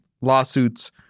lawsuits